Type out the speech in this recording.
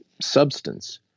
substance